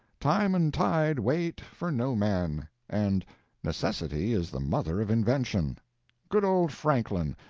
time and tide wait for no man and necessity is the mother of invention good old franklin,